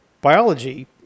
biology